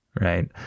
right